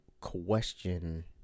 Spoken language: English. question